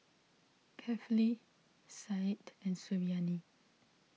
Kefli Said and Suriani